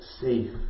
safe